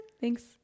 Thanks